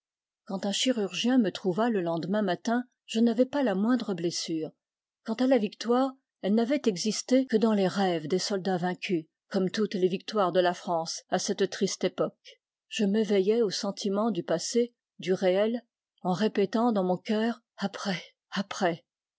quand un chirurgien me trouva le lendemain matin je n'avais pas la moindre blessure quant à la victoire elle n'avait existé que dans les rêves des soldats vainci comme toutes les victoires de la france à cette triste époque je m'éveillai au sentiment du passé du réel en répétant dans mon cœur après après